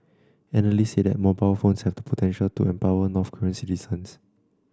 analysts say that mobile phones have the potential to empower North Korean citizens